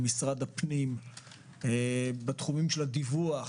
למשרד הפנים בתחומים של הדיווח,